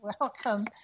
welcome